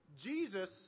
Jesus